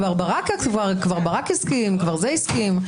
כבר ברק הסכים, כבר זה הסכים.